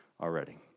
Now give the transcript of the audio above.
already